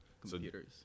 Computers